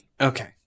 okay